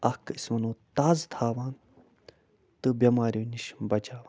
اَکھ أسۍ وَنو تازٕ تھاوان تہٕ بٮ۪ماریو نِش بچاوان